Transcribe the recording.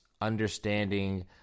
understanding